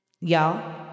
Y'all